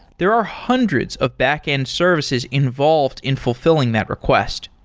there are hundreds of backend services involved in fulfilling that request.